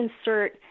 insert